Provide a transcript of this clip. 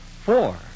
Four